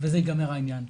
ובזה ייגמר העניין.